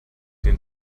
den